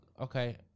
Okay